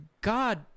God